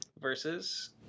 versus